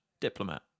Diplomat